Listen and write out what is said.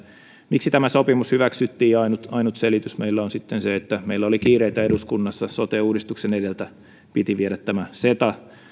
miksi tämä sopimus hyväksyttiin ja ainut ainut selitys meillä on sitten se että meillä oli kiireitä eduskunnassa sote uudistuksen edeltä piti viedä tämä ceta